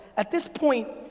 at this point,